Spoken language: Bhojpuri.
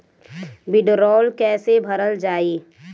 वीडरौल कैसे भरल जाइ?